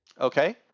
Okay